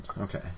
Okay